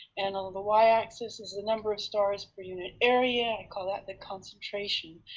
and on the y axis is the number of stars per unit area, i call that the concentration.